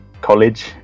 college